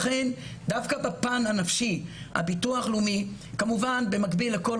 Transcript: לכן דווקא בפן הנפשי הביטוח הלאומי כמובן במקביל לכל